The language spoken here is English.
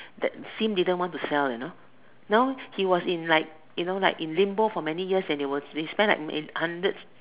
that Sim didn't know to sell you know now he was in like you know like in limbo in many years and they spent like hundreds